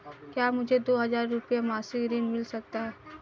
क्या मुझे दो हज़ार रुपये मासिक ऋण मिल सकता है?